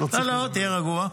לא, תהיה רגוע.